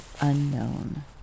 unknown